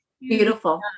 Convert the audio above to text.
beautiful